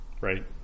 Right